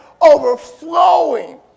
overflowing